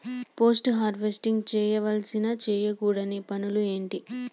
Post harvesting చేయవలసిన చేయకూడని పనులు ఏంటి?